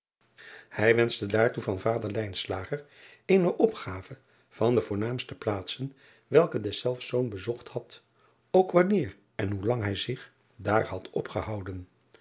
ij wenschte daartoe van vader eene opgave van de voornaamste plaatsen welke deszelfs zoon bezocht had ook wanneer en hoelang hij zich daar had opgehouden